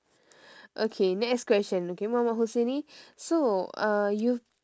okay next question okay muhammad husaini so uh you've